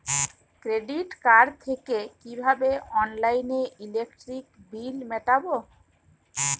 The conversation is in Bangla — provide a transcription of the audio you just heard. ক্রেডিট কার্ড থেকে কিভাবে অনলাইনে ইলেকট্রিক বিল মেটাবো?